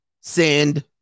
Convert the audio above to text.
send